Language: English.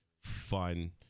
fun